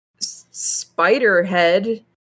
Spiderhead